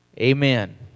amen